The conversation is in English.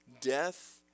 death